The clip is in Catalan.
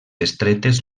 estretes